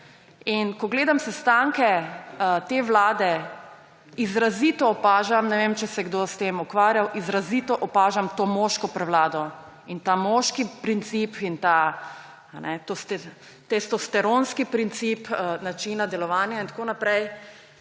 In ko gledam sestanke te vlade, izrazito opažam, ne vem, če se je kdo s tem ukvarjal, izrazito opažam to moško prevlado in ta moški princip in ta testosteronski princip načina delovanja in tako naprej.